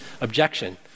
objection